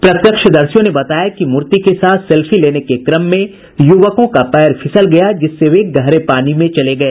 प्रत्यक्षदर्शियों ने बताया कि मूर्ति के साथ सेल्फी लेने के क्रम में युवकों का पैर फिसल गया जिससे वे गहरे पानी मे चले गए